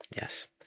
Yes